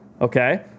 Okay